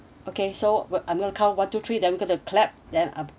okay so I'm gonna count one two three then we gonna to clap then